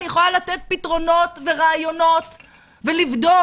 אני יכולה לתת פתרונות ורעיונות ולבדוק,